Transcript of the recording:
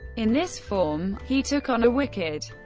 in this form, he took on a wicked,